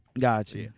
Gotcha